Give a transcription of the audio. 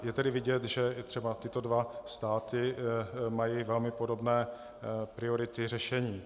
Je tedy vidět, že i třeba tyto dva státy mají velmi podobné priority řešení.